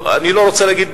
אני לא רוצה להגיד,